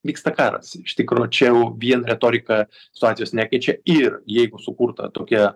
vyksta karas iš tikro čia jau vien retorika situacijos nekeičia ir jeigu sukurta tokia